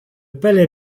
palais